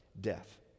death